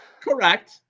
Correct